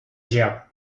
job